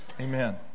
Amen